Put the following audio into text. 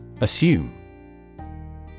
Assume